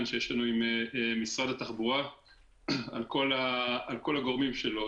שיש לנו עם משרד התחבורה על כל הגורמים שלו,